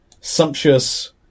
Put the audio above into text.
sumptuous